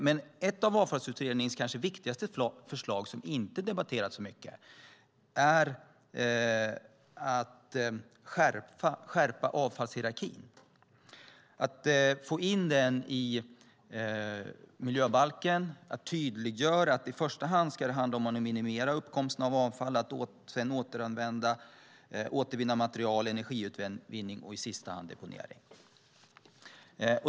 Men ett av avfallsutredningens kanske viktigaste förslag som inte debatterats så mycket är att skärpa avfallshierarkin, att få in den i miljöbalken, att tydliggöra att det i första hand ska handla om att minimera uppkomsten av avfall, att återvinna material, om energiutvinning och i sista hand deponering.